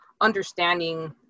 understanding